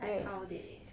like how they